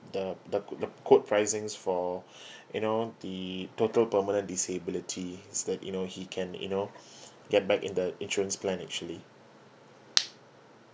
the the co~ the quote pricing for you know the total permanent disability is that you know he can you know get back in the insurance plan actually